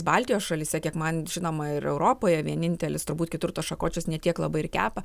baltijos šalyse kiek man žinoma ir europoje vienintelis turbūt kitur tuos šakočius ne tiek labai ir kepa